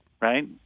Right